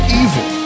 evil